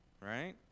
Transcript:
right